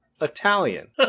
Italian